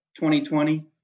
2020